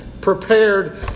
prepared